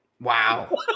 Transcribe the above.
Wow